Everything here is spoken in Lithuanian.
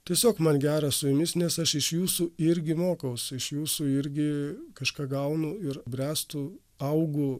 tiesiog man gera su jumis nes aš iš jūsų irgi mokausi iš jūsų irgi kažką gaunu ir bręstu augu